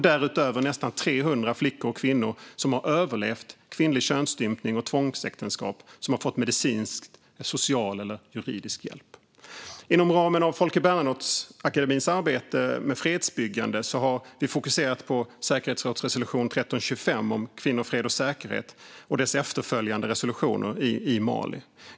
Därutöver har nästan 300 flickor och kvinnor som har överlevt kvinnlig könsstympning och tvångsäktenskap fått medicinsk, social eller juridisk hjälp. Inom ramen för Folke Bernadotteakademins arbete med fredsbyggande har vi fokuserat på säkerhetsrådets resolution 1325 om kvinnor, fred och säkerhet samt dess efterföljande resolutioner om Mali.